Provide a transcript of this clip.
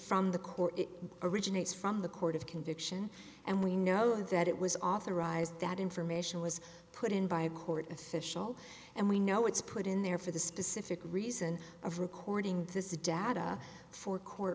from the court it originates from the court of conviction and we know that it was authorized that information was put in by a court official and we know it's put in there for the specific reason of recording this data for court